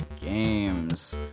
games